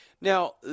Now